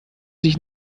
sich